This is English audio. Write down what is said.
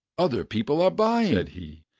other people are buying, said he,